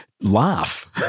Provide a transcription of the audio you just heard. laugh